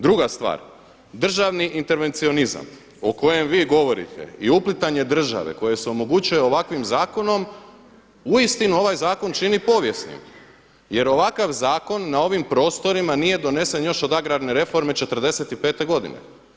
Druga stvar, državni intervencionizam o kojem vi govorite i uplitanje države kojoj se omogućuje ovakvim zakonom uistinu ovaj zakon čini povijesnim, jer ovakav zakon na ovim prostorima nije donesen još od agrarne reforme '45. godine.